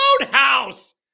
Roadhouse